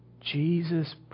Jesus